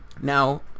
now